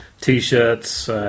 T-shirts